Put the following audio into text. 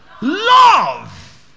love